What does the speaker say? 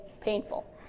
painful